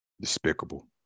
Despicable